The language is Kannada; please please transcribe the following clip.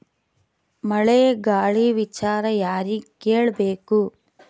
ಮಳೆ ಗಾಳಿ ವಿಚಾರ ಯಾರಿಗೆ ಕೇಳ್ ಬೇಕು?